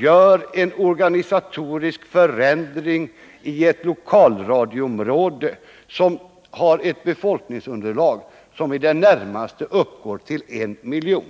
göra en organisatorisk förändring i ett lokalradioområde med ett befolkningsunderlag som uppgår till i det närmaste 1 miljon.